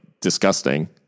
disgusting